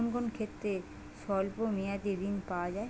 কোন কোন ক্ষেত্রে স্বল্প মেয়াদি ঋণ পাওয়া যায়?